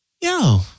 yo